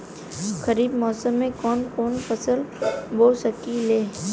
खरिफ मौसम में कवन कवन फसल बो सकि ले?